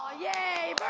yay,